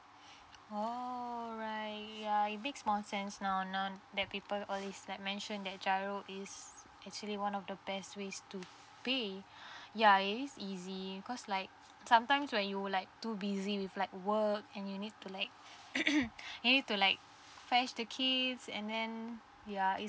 alright ya it makes more sense now now that people all is like mention that giro is actually one of the best ways to be ya it is easy because like sometimes when you would like too busy with like work and you need to like you need to like fetch the kids and then ya is